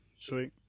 Sweet